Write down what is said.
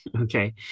Okay